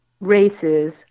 races